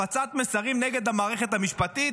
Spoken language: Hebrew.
הפצת מסרים נגד המערכת המשפטית,